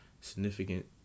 significant